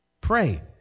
pray